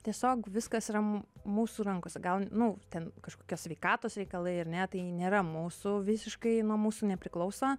tiesiog viskas yra m mūsų rankose gal nu ten kažkokios sveikatos reikalai ar ne tai nėra mūsų visiškai nuo mūsų nepriklauso